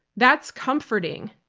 that's comforting,